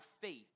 faith